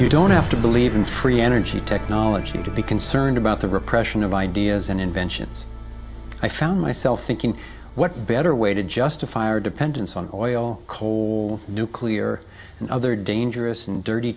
you don't have to believe in free energy technology to be concerned about the repression of ideas and inventions i found myself thinking what better way to justify or dependence on oil coal nuclear and other dangerous and dirty